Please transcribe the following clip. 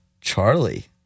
Charlie